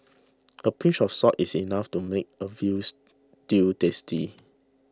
a pinch of salt is enough to make a Veal Stew tasty